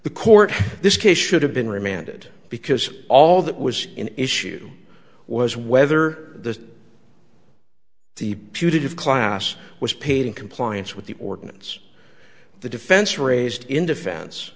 the court this case should have been remanded because all that was in issue was whether the the putative class was paid in compliance with the ordinance the defense raised in defense